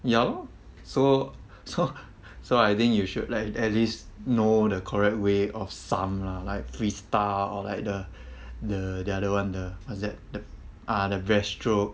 ya lor so so so I think you should like at least know the correct way of some lah like freestyle or like the the other [one] the what's that the ah the breast stroke